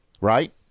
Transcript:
Right